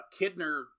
Kidner